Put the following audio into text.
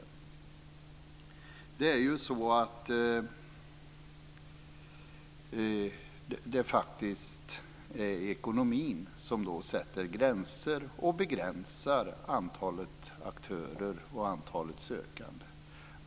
Det är faktiskt ekonomin som sätter gränser och begränsar antalet aktörer och antalet sökande.